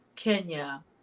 Kenya